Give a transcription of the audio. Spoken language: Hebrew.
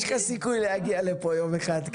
סיכוי להגיע לפה יום אחד.